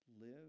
Live